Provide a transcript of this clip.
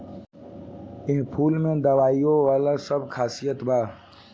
एह फूल में दवाईयो वाला सब खासियत बा